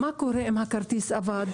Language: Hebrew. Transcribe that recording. מה קורה אם הכרטיסים אבד?